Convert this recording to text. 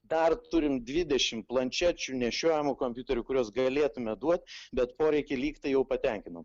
dar turim dvidešimt planšečių nešiojamų kompiuterių kuriuos galėtume duot bet poreikį lyg tai jau patenkinom